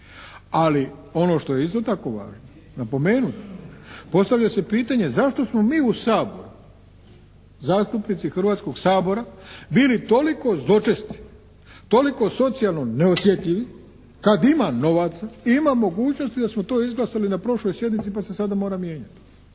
Ali, ono što je isto tako važno napomenuti postavlja se pitanje zašto smo mi u Saboru zastupnici Hrvatskog sabora bili toliko zločesti, toliko socijalno neosjetljivi kad ima novaca, ima mogućnosti da smo to izglasali na prošloj sjednici pa se sada mora mijenjati.